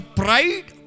pride